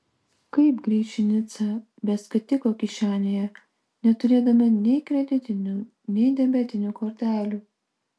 kaip grįš į nicą be skatiko kišenėje neturėdama nei kreditinių nei debetinių kortelių